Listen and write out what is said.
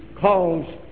calls